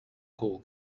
all